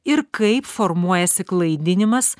ir kaip formuojasi klaidinimas